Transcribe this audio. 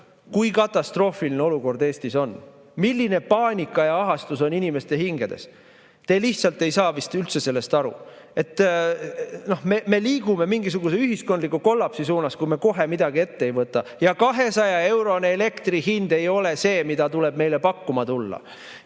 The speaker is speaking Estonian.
kui katastroofiline olukord Eestis on, milline paanika ja ahastus on inimeste hinges. Te lihtsalt ei saa vist üldse sellest aru. Me liigume mingisuguse ühiskondliku kollapsi suunas, kui me kohe midagi ette ei võta. 200-eurone elektri hind ei ole see, mida tuleb meile pakkuma tulla.